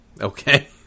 Okay